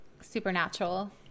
supernatural